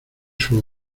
sus